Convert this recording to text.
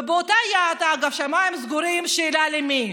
ובאותה יד, אגב, שמיים סגורים, השאלה למי.